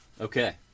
okay